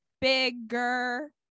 bigger